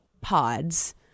pods